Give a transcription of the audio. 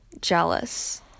jealous